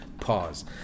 Pause